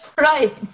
right